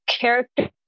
character